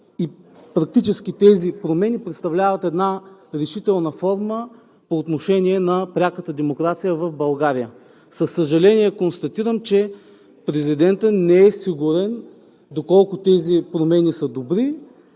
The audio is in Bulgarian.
практически тези промени представляват една решителна форма по отношение на пряката демокрация в България. Със съжаление констатирам, че президентът не е сигурен доколко тези промени са добри.